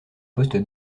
poste